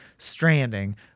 stranding